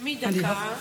תנשמי דקה,